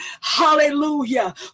hallelujah